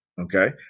okay